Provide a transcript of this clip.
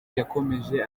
yakomeje